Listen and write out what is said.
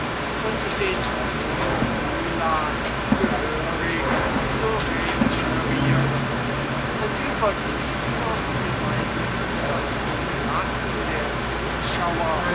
und den nomophylax condigne zu remunerieren und überdies noch die beiden untersten classen der zuschauer